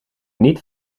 niet